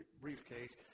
briefcase